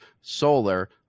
solar